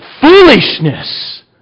foolishness